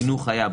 חינוך היה,